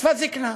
קצבת זיקנה.